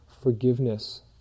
forgiveness